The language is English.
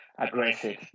aggressive